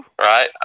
right